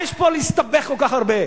מה יש פה להסתבך כל כך הרבה?